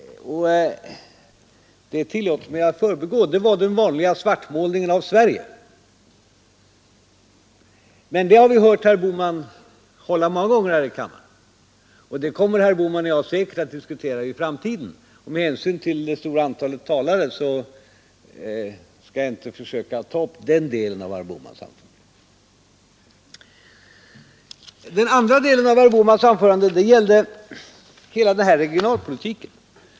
Det tillåter jag mig att förbigå. Det innehöll till en del den vanliga svartmålningen av Sverige, men det anförandet har vi hört herr Bohman hålla många gånger här i kammaren. Herr Bohman och jag kommer säkert att diskutera det ämnet i framtiden. Med hänsyn till det stora antalet talare skall jag inte försöka ta upp den delen av herr Bohmans anförande nu. Den andra delen av herr Bohmans anförande gällde hela regionalpolitiken.